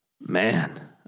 man